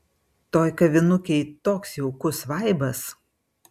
toj kavinukėj toks jaukus vaibas